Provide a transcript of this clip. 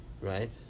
right